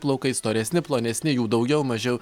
plaukai storesni plonesni jų daugiau mažiau